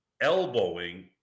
elbowing